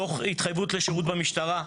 תוך התחייבות לשירות במשטרה,